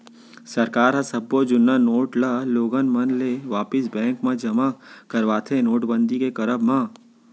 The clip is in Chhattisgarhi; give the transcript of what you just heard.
सरकार ह सब्बो जुन्ना नोट ल लोगन मन ले वापिस बेंक म जमा करवाथे नोटबंदी के करब म